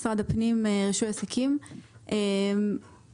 רישוי עסקים במשרד הפנים.